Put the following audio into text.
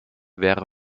wäre